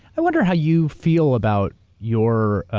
i wonder how you feel about your